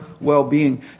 well-being